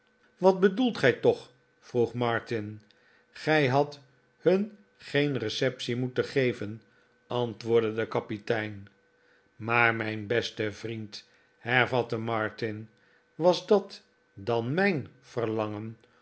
wat bedoelt gij toch vroeg martin gij hadt hun geen receptie moeten geven antwoordde de kapitein maar mijn beste vriend hervatte martin was dat dan m ij n verlangen